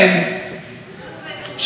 מערכת הביטחון והמשטרה,